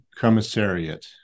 commissariat